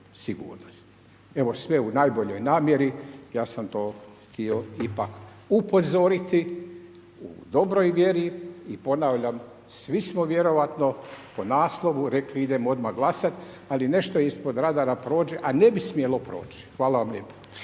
Evo sve u najboljoj namjeri, ja sam to htio ipak upozoriti u dobroj vjeri i ponavljam, svi smo vjerojatno po naslovu rekli idemo odmah glasat, ali nešto ispod radara prođe, a ne bi smjelo proći. Hvala vam lijepo.